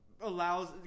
Allows